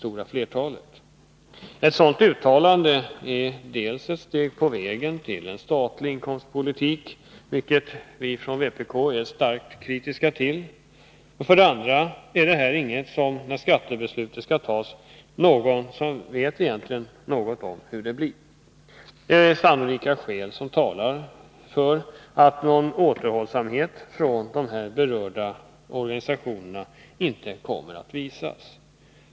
Innebörden av ett sådant uttalande är för det första ett steg på vägen till en statlig inkomstpolitik, vilket vi från vpk är starkt kritiska mot. För det andra vet ingen egentligen någonting om hur det blir med den återhållsamhet som förutsätts. Sannolika skäl talar för att någon återhållsamhet från de berörda fackliga organisationerna inte kommer att visas.